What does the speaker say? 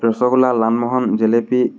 rasgulla lalmohan jalebi